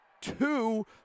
two